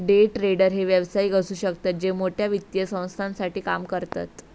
day trader हे व्यावसायिक असु शकतत जे मोठ्या वित्तीय संस्थांसाठी काम करतत